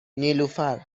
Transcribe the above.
نیلوفرمن